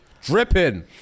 Dripping